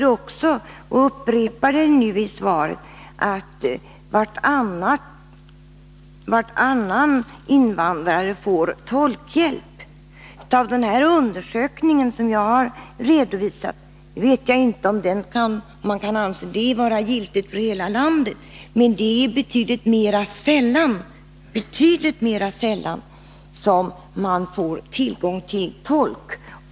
Arbetsmarknadsministern upprepar nu det han sade i svaret, att varannan invandrare får tolkhjälp. Av den undersökning som jag har redovisat — nu vet jag inte om man kan anse den vara giltig för hela landet — framgår att det är betydligt mera sällan som man får tillgång till tolk.